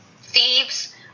thieves